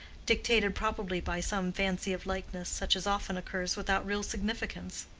dictated probably by some fancy of likeness such as often occurs without real significance.